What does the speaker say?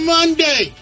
Monday